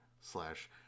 slash